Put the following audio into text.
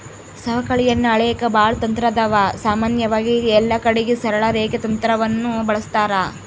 ಸವಕಳಿಯನ್ನ ಅಳೆಕ ಬಾಳ ತಂತ್ರಾದವ, ಸಾಮಾನ್ಯವಾಗಿ ಎಲ್ಲಕಡಿಗೆ ಸರಳ ರೇಖೆ ತಂತ್ರವನ್ನ ಬಳಸ್ತಾರ